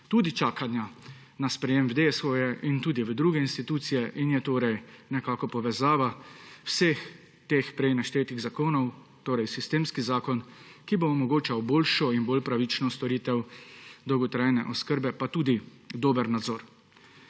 tudi čakanja na sprejem v DSO-je in tudi v druge institucije. In je torej nekako povezava vseh teh prej naštetih zakonov, torej sistemski zakon, ki bo omogočal boljšo in bolj pravično storitev dolgotrajne oskrbe pa tudi dober nadzor.